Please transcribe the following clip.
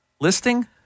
listing